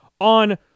on